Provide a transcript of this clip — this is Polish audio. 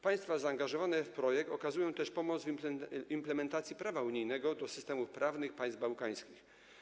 Państwa zaangażowane w projekt okazują też pomoc w implementacji prawa unijnego do systemów prawnych państw bałkańskich.